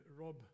Rob